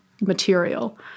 material